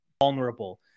vulnerable